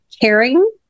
Caring